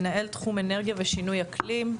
מנהל תחום אנרגיה ושינוי אקלים,